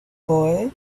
boy